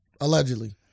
Allegedly